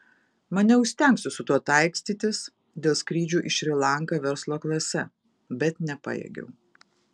maniau įstengsiu su tuo taikstytis dėl skrydžių į šri lanką verslo klase bet nepajėgiau